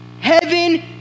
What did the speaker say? Heaven